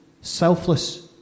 selfless